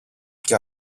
και